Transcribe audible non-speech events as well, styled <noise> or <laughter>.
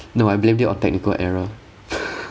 no I blamed it on technical error <laughs>